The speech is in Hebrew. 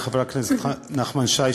לחבר הכנסת נחמן שי,